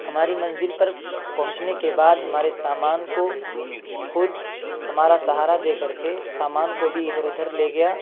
ہماری منزل پر پہنچنے کے بعد ہمارے سامان کو خود ہمارا سہارا دے کر کے سامان کو بھی ادھر ادھر لے گیا